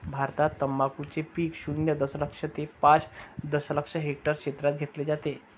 भारतात तंबाखूचे पीक शून्य दशलक्ष ते पाच दशलक्ष हेक्टर क्षेत्रात घेतले जाते